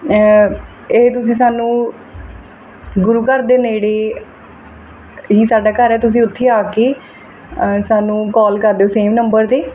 ਇਹ ਤੁਸੀਂ ਸਾਨੂੰ ਗੁਰੂ ਘਰ ਦੇ ਨੇੜੇ ਹੀ ਸਾਡਾ ਘਰ ਹੈ ਤੁਸੀਂ ਉੱਥੇ ਹੀ ਆ ਕੇ ਸਾਨੂੰ ਕੋਲ ਕਰ ਦਿਓ ਸੇਮ ਨੰਬਰ 'ਤੇ